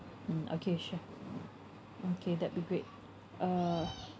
mm okay sure okay that'd be great uh